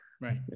Right